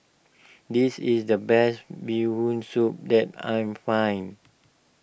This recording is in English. this is the best Bee Hoon Soup that I'm find